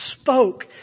spoke